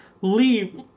leave